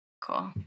cool